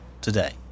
today